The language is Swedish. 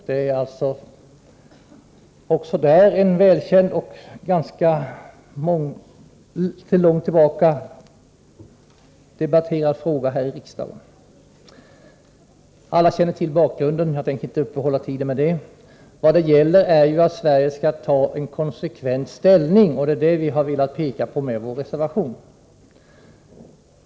Det är en väl känd och ganska ofta debatterad fråga här i riksdagen. Alla känner till bakgrunden, så jag tänker inte uppehålla tiden med att tala om den. Vad det gäller är att Sverige skall inta en konsekvent hållning, och det har vi velat påpeka i vår reservation.